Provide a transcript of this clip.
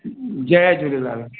Jay Jhulelal